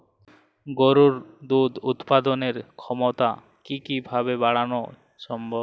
গরুর দুধ উৎপাদনের ক্ষমতা কি কি ভাবে বাড়ানো সম্ভব?